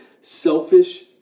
selfish